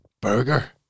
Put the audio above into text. Burger